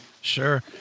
Sure